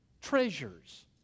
Treasures